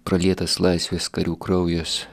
pralietas laisvės karių kraujas